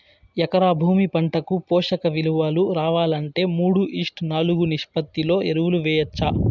ఎకరా భూమి పంటకు పోషక విలువలు రావాలంటే మూడు ఈష్ట్ నాలుగు నిష్పత్తిలో ఎరువులు వేయచ్చా?